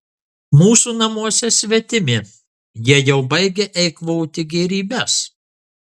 mūsų namuose svetimi jie jau baigia eikvoti gėrybes